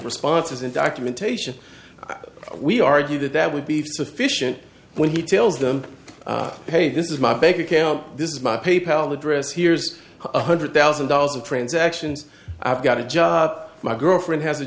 and documentation we argue that that would be sufficient when he tells them hey this is my bank account this is my pay pal address here's one hundred thousand dollars of transactions i've got a job my girlfriend has a